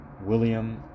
William